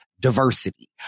diversity